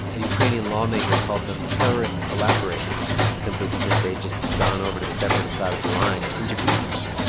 a ukrainian lawmaker called them terrorist collaborators simply because they'd just gone over to the separatist side of the line to interview people.